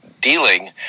dealing